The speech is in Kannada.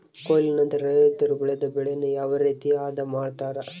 ಕೊಯ್ಲು ನಂತರ ರೈತರು ಬೆಳೆದ ಬೆಳೆಯನ್ನು ಯಾವ ರೇತಿ ಆದ ಮಾಡ್ತಾರೆ?